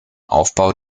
aufbau